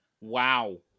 Wow